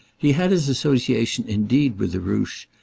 he had his association indeed with the ruche,